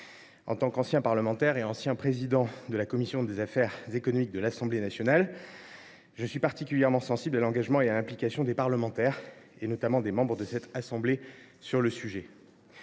En tant qu’ancien parlementaire et ancien président de la commission des affaires économiques de l’Assemblée nationale, je suis particulièrement sensible à l’engagement et à l’implication des parlementaires, notamment des membres de cette assemblée, sur la question